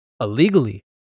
illegally